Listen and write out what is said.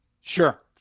Sure